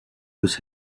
was